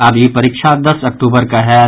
आब ई परीक्षा दस अक्टूबर कऽ होयत